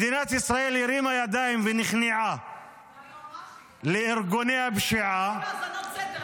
מדינת ישראל הרימה ידיים ונכנעה -- זה היועמ"שית --- האזנות סתר,